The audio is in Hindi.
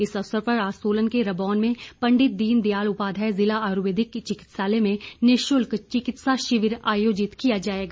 इस अवसर पर आज सोलन के रबौन में पंडित दीन दयाल उपाध्याय जिला आयुर्वेदिक चिकित्सालय में निःशुल्क चिकित्सा शिविर आयोजित किया जाएगा